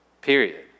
period